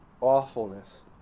awfulness